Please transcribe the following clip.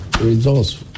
results